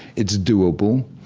it's doable,